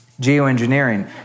geoengineering